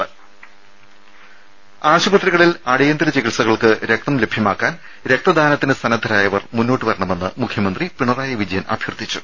ദേദ ആശുപത്രികളിൽ അടിയന്തര ചികിത്സകൾക്ക് രക്തം ലഭ്യമാക്കാൻ രക്തദാനത്തിന് സന്നദ്ധരായവർ മുന്നോട്ടു വരണമെന്ന് മുഖ്യമന്ത്രി പിണറായി വിജയൻ അഭ്യർത്ഥിച്ചു